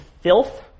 filth